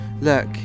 Look